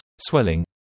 swelling